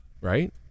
right